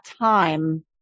time